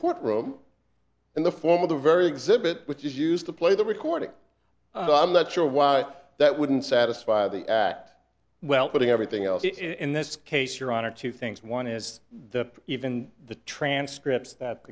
courtroom in the form of the very exhibit which is used to play the recording but i'm not sure why that wouldn't satisfy the act well putting everything else in this case your honor two things one is that even the transcripts that